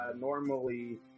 normally